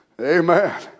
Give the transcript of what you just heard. Amen